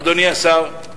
אדוני השר?